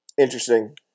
Interesting